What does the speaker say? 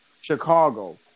chicago